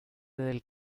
del